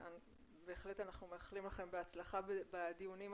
בהחלט אנחנו מאחלים לכם הצלחה בדיונים הקרובים,